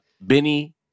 Benny